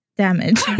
Damage